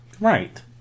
Right